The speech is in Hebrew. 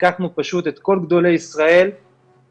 לקחנו פשוט את כל גדולי ישראל הבולטים,